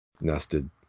nested